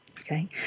Okay